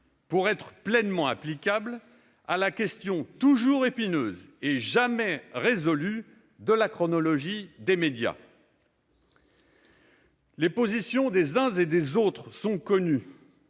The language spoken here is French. pour être pleinement applicable, à la question toujours épineuse et jamais résolue de la chronologie des médias. Les positions des uns et des autres sont connues